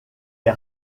est